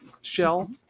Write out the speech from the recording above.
shell